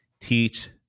teach